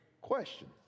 Question